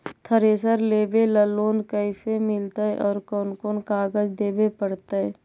Thresher लेबे ल loan कैसे मिलतइ और कोन कोन कागज देबे पड़तै?